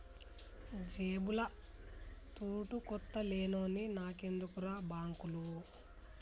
జేబుల తూటుకొత్త లేనోన్ని నాకెందుకుర్రా బాంకులు